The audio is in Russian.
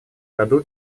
году